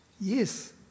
Yes